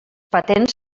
patents